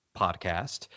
podcast